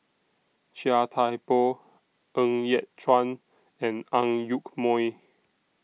Chia Thye Poh Ng Yat Chuan and Ang Yoke Mooi